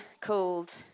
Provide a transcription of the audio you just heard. called